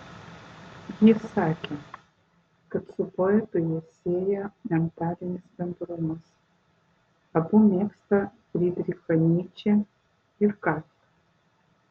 ji sakė kad su poetu ją sieja mentalinis bendrumas abu mėgsta frydrichą nyčę ir kafką